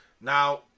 Now